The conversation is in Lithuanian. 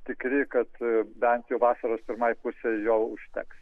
tikri kad bent jau vasaros pirmai pusei jo užteks